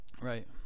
Right